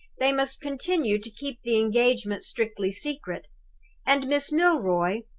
they must continue to keep the engagement strictly secret and miss milroy,